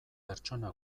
pertsona